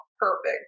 perfect